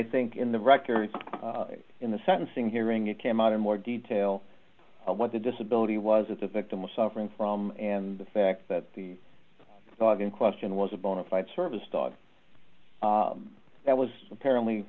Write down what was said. think in the record in the sentencing hearing it came out in more detail what the disability was that the victim was suffering from and the fact that the dog in question was a bonafide service dog that was apparently